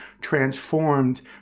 transformed